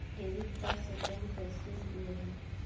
Debit card से loan कईसे लेहम?